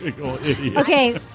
Okay